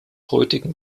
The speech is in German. heutigen